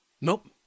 Nope